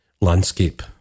landscape